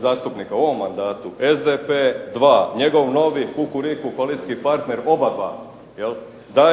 zastupnika u ovom mandatu, SDP dva, njegov novi "kukuriku" koalicijski partner oba dva,